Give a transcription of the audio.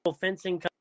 fencing